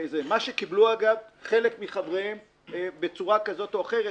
אגב זה מה שקיבלו חלק מחבריהם בצורה כזאת או אחרת,